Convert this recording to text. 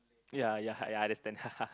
ya ya ya I understand